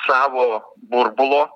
savo burbulo